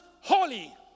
holy